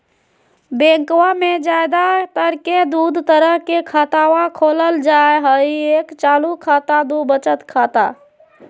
बैंकवा मे ज्यादा तर के दूध तरह के खातवा खोलल जाय हई एक चालू खाता दू वचत खाता